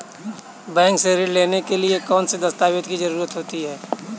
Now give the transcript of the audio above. Bank से ऋण लेने के लिए कौन से दस्तावेज की जरूरत है?